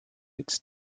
its